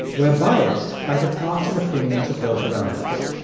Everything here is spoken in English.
we're biased by the thoughts and opinions of those around us.